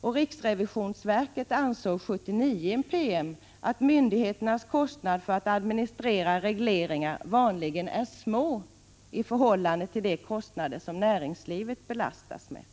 Riksrevisionsverket ansåg i en PM 1979 att myndigheternas kostnader för att administrera regleringar vanligen är små i förhållande till de kostnader som näringslivet belastas med.